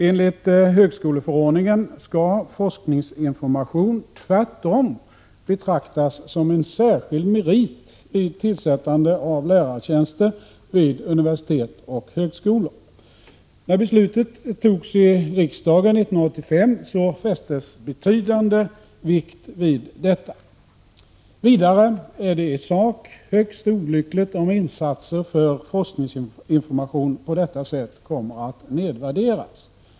Enligt högskoleförordningen skall forskningsinformation tvärtom betraktas som en särskild merit vid tillsättande av lärartjänster vid universitet och högskolor. När beslut om detta fattades av riksdagen 1985 fästes betydande vikt vid just det. Vidare är det i sak högst olyckligt om insatser för forskningsinformation på detta sätt kommer att nedvärderas.